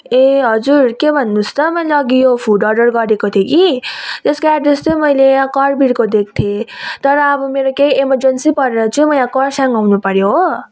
ए हजुर के भन्नु होस् त मैले अघि यो फुड अर्डर गरेको थिएँ कि त्यसको एड्रेस चाहिँ मैले यहाँ कलभिरको दिएको थिएँ तर अब मेरो केही एमर्जेन्सी परेर चाहिँ म यहाँ कर्सियङ आउनु पर्यो हो